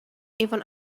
even